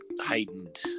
heightened